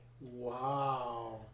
Wow